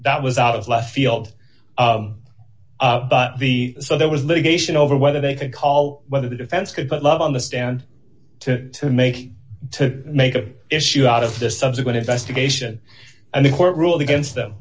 that was out of left field but the so there was litigation over whether they could call whether the defense could but love on the stand to make to make an issue out of the subsequent investigation and the court ruled against them